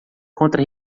contra